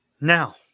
Now